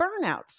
burnout